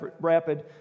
rapid